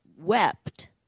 Wept